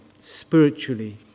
spiritually